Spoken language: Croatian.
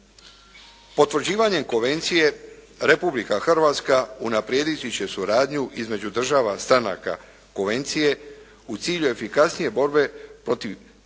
Potvrđivanjem konvencije Republika Hrvatska unaprijediti će suradnju između država stranaka konvencije u cilju efikasnije borbe protiv